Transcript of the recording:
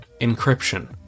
Encryption